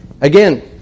again